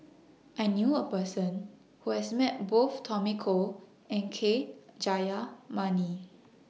I knew A Person Who has Met Both Tommy Koh and K Jayamani